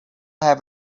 have